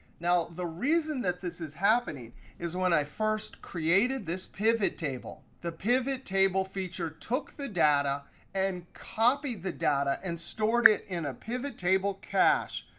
now, the reason that this is happening is when i first created this pivottable the pivottable feature took the data and copied the data and stored it in a pivottable cache.